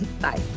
Bye